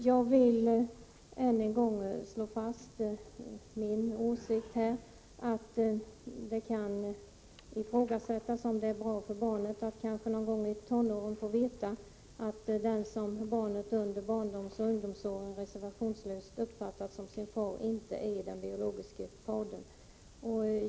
Jag vill än en gång här slå fast min åsikt: det kan ifrågasättas om det är bra för barnet att, någon gång i tonåren kanske, få veta att den som barnet under barndomsoch ungdomsåren reservationslöst uppfattat som sin far inte är den biologiske fadern.